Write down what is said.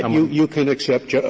um you you can accept